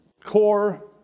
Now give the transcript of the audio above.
core